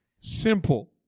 simple